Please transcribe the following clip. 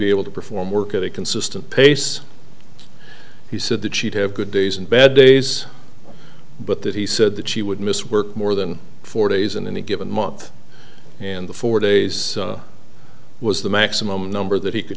be able to perform work at a consistent pace he said that she'd have good days and bad days but that he said that she would miss work more than four days in any given month and the four days was the maximum number that he could